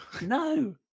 No